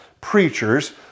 preachers